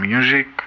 Music